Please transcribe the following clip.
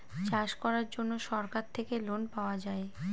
চাষ করার জন্য সরকার থেকে লোন পাওয়া যায়